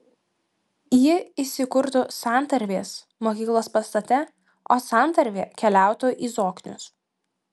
ji įsikurtų santarvės mokyklos pastate o santarvė keliautų į zoknius